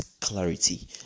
clarity